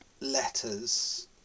letters